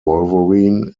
wolverine